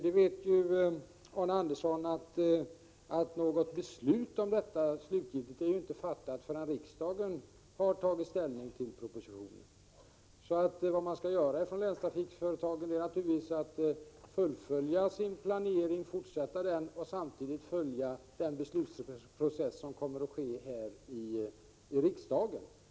Anders Andersson vet ju att något slutgiltigt beslut om detta inte är fattat förrän riksdagen har tagit ställning till propositionen. Vad länstrafikföretagen skall göra är naturligtvis att de skall fortsätta sin planering och samtidigt följa den beslutsprocess som kommer att ske här i riksdagen.